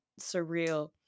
surreal